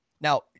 Now